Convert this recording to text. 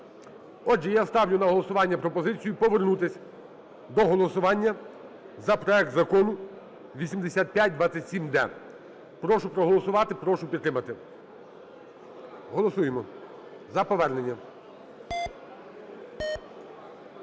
Отже, я ставлю на голосування пропозицію повернутись до голосування за проект закону 8527-д. Прошу проголосувати, прошу підтримати. Голосуємо за повернення.